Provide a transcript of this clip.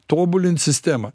tobulint sistemą